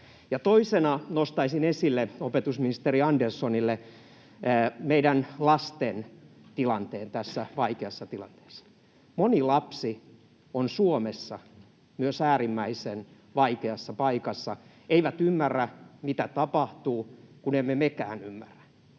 Toisena nostaisin esille opetusministeri Anderssonille meidän lastemme tilanteen tässä vaikeassa tilanteessa. Moni lapsi on myös Suomessa äärimmäisen vaikeassa paikassa, he eivät ymmärrä, mitä tapahtuu, kun emme mekään ymmärrä.